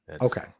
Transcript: Okay